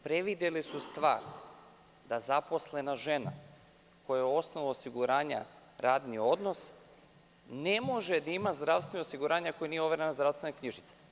Prevideli su jednu stvar da zaposlena žena, kojoj je osnov osiguranja radni odnos, ne može da ima zdravstveno osiguranje ako joj nije overena zdravstvena knjižica.